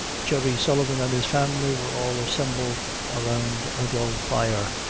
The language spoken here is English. jerry sullivan and his family were all assembled around a dull fire,